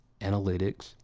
analytics